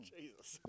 Jesus